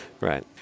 Right